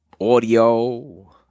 audio